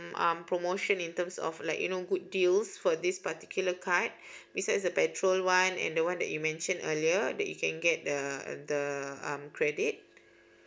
um promotion in terms of like you know good deals for this particular card besides the petrol one and the one that you mention earlier that you can get the the um credit